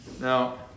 Now